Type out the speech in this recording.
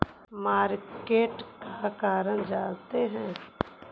Market का करने जाते हैं?